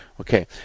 Okay